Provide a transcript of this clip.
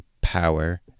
power